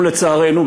לצערנו,